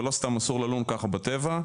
ולא סתם אסור ללון ככה בטבע.